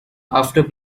after